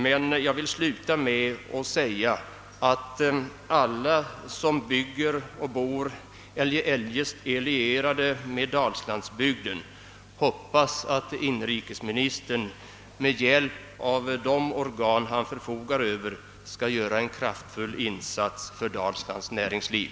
Jag måste därför sluta mitt anförande men vill kraftigt understryka att alla som bygger och bor i dalslandsbygden eller eljest är lierade med den förväntar att inrikesministern med hjälp av de organ han förfogar över skall göra en kraftfull insats för Dalslands näringsliv.